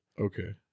Okay